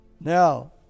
Now